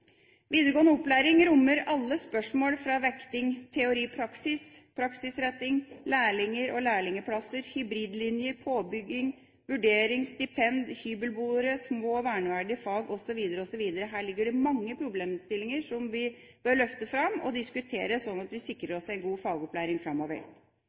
Videregående opplæring rommer alle spørsmål fra vekting teori-praksis, praksisretting, lærlinger og lærlingplasser, hybridlinjer, påbygging, vurdering, stipend, hybelboere, små og verneverdige fag osv. Her ligger det mange problemstillinger som vi bør løfte fram og diskutere, slik at vi sikrer oss en god fagopplæring framover.